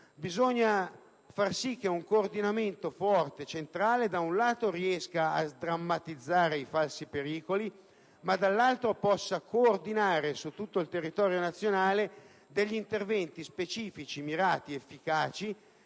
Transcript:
bisogna avere un coordinamento forte centrale che, da un lato, riesca a sdrammatizzare i falsi pericoli e, dall'altro, possa coordinare su tutto il territorio nazionale degli interventi specifici mirati ed efficaci